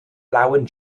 blauen